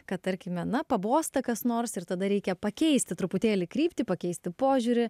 kad tarkime na pabosta kas nors ir tada reikia pakeisti truputėlį kryptį pakeisti požiūrį